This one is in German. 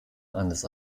eines